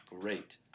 great